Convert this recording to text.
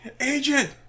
Agent